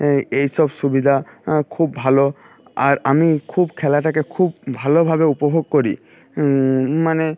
হ্যাঁ এই সব সুবিধা খুব ভালো আর আমি খুব খেলাটাকে খুব ভালো ভাবে উপভোগ করি মানে